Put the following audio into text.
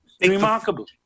Remarkable